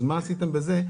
אז מה עשיתם בזה?